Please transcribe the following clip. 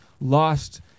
lost